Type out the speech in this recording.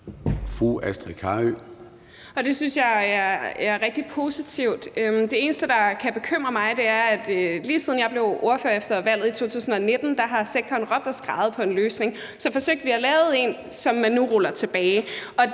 Det synes jeg er rigtig positivt. Det eneste, der kan bekymre mig, er, at lige siden jeg blev ordfører efter valget i 2019, har sektoren råbt og skreget på en løsning. Så forsøgte vi at lave en, som man nu ruller tilbage.